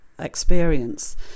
experience